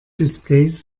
displays